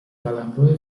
قلمرو